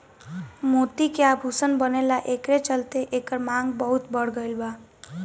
मोती से आभूषण बनेला एकरे चलते एकर मांग बहुत बढ़ गईल बा